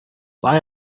buy